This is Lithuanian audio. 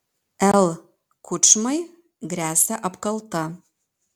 l kučmai gresia apkalta